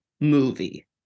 movie